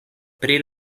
pri